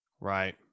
Right